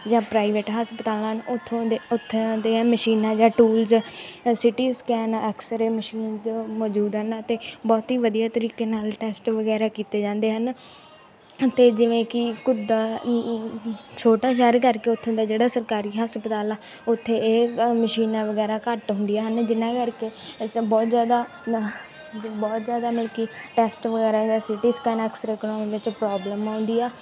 ਜਾਂ ਪ੍ਰਾਈਵੇਟ ਹਸਪਤਾਲ ਹਨ ਉੱਥੋਂ ਦੇ ਉੱਥੋਂ ਦੀਆਂ ਮਸ਼ੀਨਾਂ ਜਾਂ tools CT scan x-ray machines ਮੌਜੂਦ ਹਨ ਅਤੇ ਬਹੁਤ ਹੀ ਵਧੀਆ ਤਰੀਕੇ ਨਾਲ ਟੈਸਟ ਵਗੈਰਾ ਕੀਤੇ ਜਾਂਦੇ ਹਨ ਅਤੇ ਜਿਵੇਂ ਕਿ ਘੁੱਦਾ ਛੋਟਾ ਸ਼ਹਿਰ ਕਰਕੇ ਉੱਥੋਂ ਦਾ ਜਿਹੜਾ ਸਰਕਾਰੀ ਹਸਪਤਾਲ ਆ ਉੱਥੇ ਇਹ ਮਸ਼ੀਨਾਂ ਵਗੈਰਾ ਘੱਟ ਹੁੰਦੀਆਂ ਹਨ ਜਿੰਨਾਂ ਕਰਕੇ ਅਸੀਂ ਬਹੁਤ ਜ਼ਿਆਦਾ ਬਹੁਤ ਜ਼ਿਆਦਾ ਮਤਲਬ ਕਿ ਟੈਸਟ ਵਗੈਰਾ ਦਾ ਸਿਟੀ ਸਕੈਨ ਐਕਸਰੇ ਕਰਵਾਉਣ ਵਿੱਚ ਪ੍ਰੋਬਲਮ ਆਉਂਦੀ ਆ